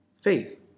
faith